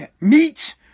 meat